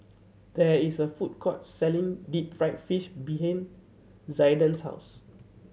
there is a food court selling deep fried fish behind Zaiden's house